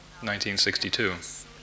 1962